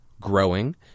growing